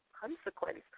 consequence